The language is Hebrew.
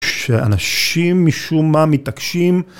כשאנשים משום מה מתעקשים